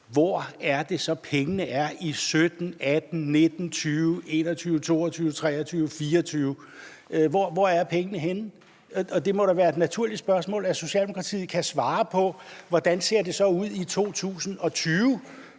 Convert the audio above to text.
hvor det så er, pengene er i 2017, 2018, 2019, 2020, 2021, 2022, 2023 og 2024. Hvor er pengene henne? Det må da være et naturligt spørgsmål, Socialdemokratiet kan svare på, altså hvordan det så ser ud i 2020.